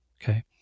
Okay